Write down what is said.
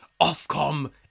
Ofcom